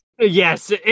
Yes